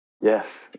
Yes